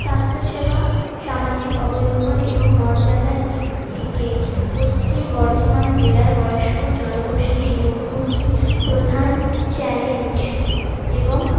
স্বাস্থ্যসেবা সামাজিক অবলম্বন এবং মর্যাদার দিক থেকে পশ্চিম বর্ধমান জেলার বয়স্ক জনগোষ্ঠীর মুখোমুখি প্রধান চ্যালেঞ্জ এবং